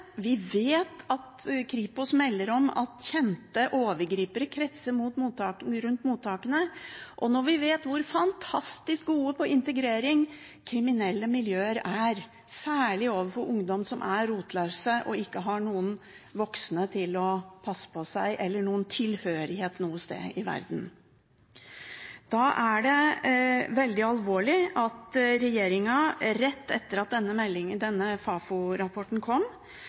vi vet at Kripos melder om at kjente overgripere kretser rundt mottakene, og når vi vet hvor fantastisk gode på integrering kriminelle miljøer er, særlig overfor ungdom som er rotløse og ikke har noen voksne til å passe på seg, eller noen tilhørighet noe sted i verden. Da er det veldig alvorlig at regjeringen rett etter at denne